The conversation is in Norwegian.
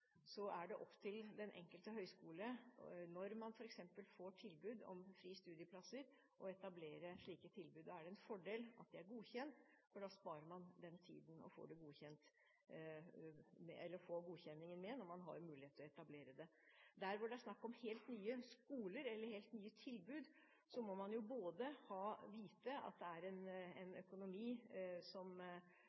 er det opp til den enkelte høyskole – når man f.eks. får tilbud om frie studieplasser – å etablere slike tilbud. Da er det en fordel at de er godkjent, for da sparer man den tiden det tar å få godkjenningen når man har mulighet til å etablere dette. Der hvor det er snakk om helt nye skoler, eller helt nye tilbud, må man vite både at det er god økonomi, f.eks. fra private kilder, og at det er en studenttilgang som